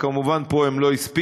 כמובן, פה הם לא הספיקו,